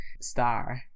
star